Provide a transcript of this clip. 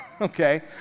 okay